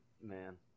man